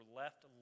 left